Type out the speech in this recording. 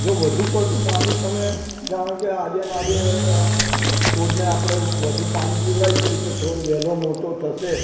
જો વધું પડતું પાણી તમે જાણો કે આજે ને આજે છોડને આપણે વધુ પાણી પીવડાવીશું તો છોડ વહેલો મોટો થશે